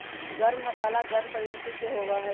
गर्म मसाला गर्म प्रवृत्ति के होबा हई